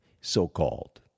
so-called